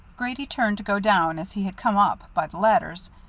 grady turned to go down as he had come up, by the ladders,